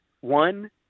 one